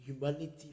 humanity